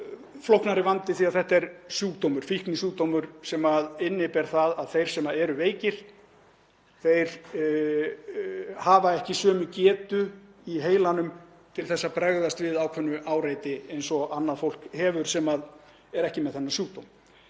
flóknari vandi því þetta er sjúkdómur, fíknisjúkdómur sem inniber það að þeir sem eru veikir hafa ekki sömu getu í heilanum til að bregðast við ákveðnu áreiti eins og annað fólk hefur sem er ekki með þennan sjúkdóm.